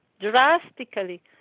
drastically